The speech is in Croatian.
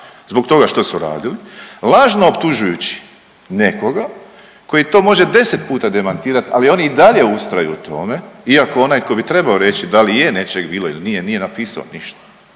zbog toga što su radili, lažno optužujući nekoga koji to može deset puta demantirat, ali oni i dalje ustraju u tome iako onaj ko bi trebao reći da li je nečeg bilo ili nije, nije napisao ništa,